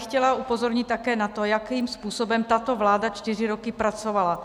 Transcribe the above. Chtěla bych upozornit také na to, jakým způsobem tato vláda čtyři roky pracovala.